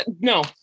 No